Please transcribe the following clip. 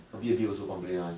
a bit a bit also complain [one]